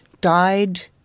died